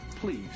Please